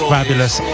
Fabulous